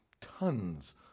tons